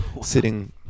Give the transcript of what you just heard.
sitting